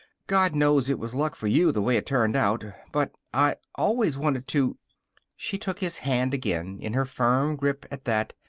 god knows it was luck for you the way it turned out but i always wanted to she took his hand again in her firm grip at that,